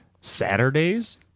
Saturdays